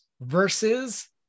versus